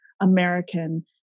American